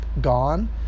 gone